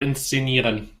inszenieren